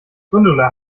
gundula